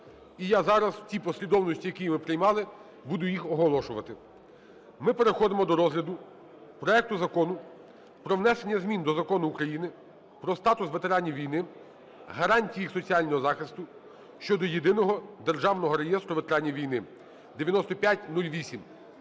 І я зараз в тій послідовності, в якій ми приймали, буду їх оголошувати. Ми переходимо до розгляду проекту Закону про внесення змін до Закону України "Про статус ветеранів війни, гарантії їх соціального захисту" щодо Єдиного державного реєстру ветеранів війни (9508).